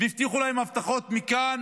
והבטיחו להם הבטחות מכאן